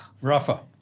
Rafa